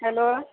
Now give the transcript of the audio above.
hello